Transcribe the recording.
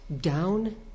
down